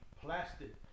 plastic